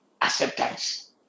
acceptance